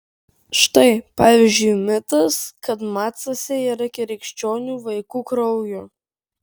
štai pavyzdžiui mitas kad macuose yra krikščionių vaikų kraujo